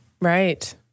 Right